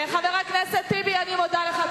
חבר הכנסת טיבי, אני מודה לך.